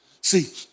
See